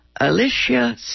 Alicia